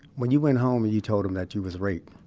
when you went home and you told him that you was raped,